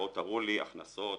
בואו תראו לי הכנסות,